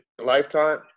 lifetime